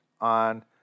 on